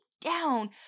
down